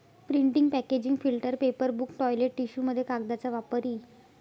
printing packaging filter paper book toilet टिश्यूमध्ये कागदाचा वापर इ